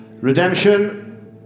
redemption